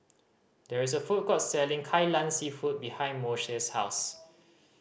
there is a food court selling Kai Lan Seafood behind Moshe's house